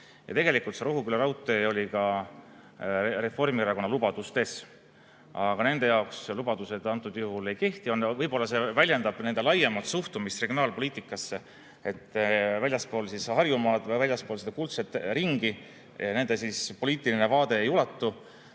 Ja tegelikult oli Rohuküla raudtee ka Reformierakonna lubadustes. Aga nende jaoks lubadused antud juhul ei kehti. Võib-olla see väljendab nende laiemat suhtumist regionaalpoliitikasse, et väljapoole Harjumaad või väljapoole kuldset ringi nende poliitiline vaade ei ulatu.